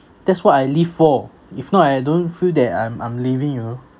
that's what I live for if not I don't feel that I'm I'm living you know